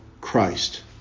Christ